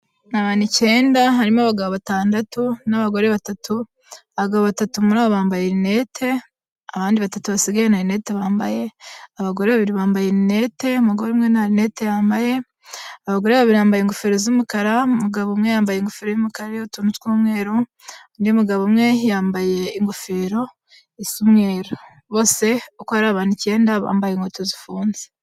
Abantu icyenda harimo abagabo batandatu n'abagore batatu, abagabo batatu muri abo bambaye linete, abandi batatu basigaye nta linete bambaye, abagore babiri bambaye linete umugore umwe nta linete yambaye, abagore babiri bambaye ingofero z'umukara umugabo umwe yambaye ingofero y'umukara iriho utuntu tw'umweru, undi mugabo umwe yambaye ingofero y'umweru bose uko ari abantu icyenda bambaye inkweto zifunze.